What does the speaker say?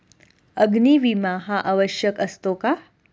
अग्नी विमा हा आवश्यक असतो का?